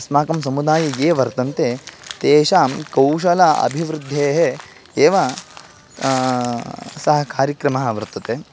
अस्माकं समुदाये ये वर्तन्ते तेषां कौशल अभिवृद्धेः एव सः कार्यक्रमः वर्तते